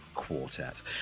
quartet